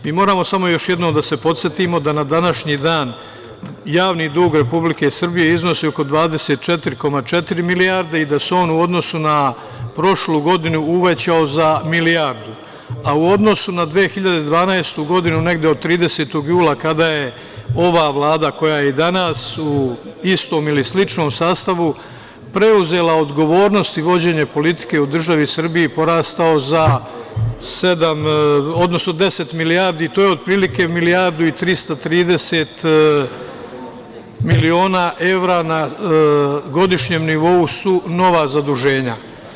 Mi moramo samo još jednom da se podsetimo da na današnji dan javni dug Republike Srbije iznosi oko 24,4 milijarde, i da se on u odnosu na prošlu godinu uvećao za milijardu, a u odnosu na 2012. godinu, negde od 30. jula, kada je ova Vlada koja je i danas u istom ili sličnom sastavu, preuzela odgovornost i vođenje politike u državi Srbiji, porastao za 10 milijardi i otprilike milijardu i 330 miliona evra na godišnjem nivou su nova zaduženja.